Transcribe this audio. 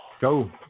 Go